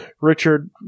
Richard